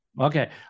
Okay